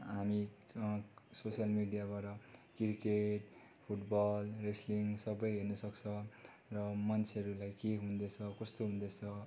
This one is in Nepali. हामी सोसियल मिडियाबाट क्रिकेट फुटबल रेस्लिङ सबै हेर्नुसक्छ र मान्छेहरूलाई के हुँदैछ कस्तो हुँदैछ